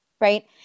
Right